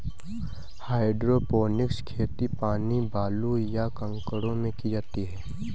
hydroponics खेती पानी, बालू, या कंकड़ों में की जाती है